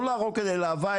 לא 'להרוג כדי אהבה,